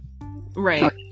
Right